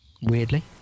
weirdly